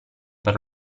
per